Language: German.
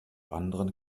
anderen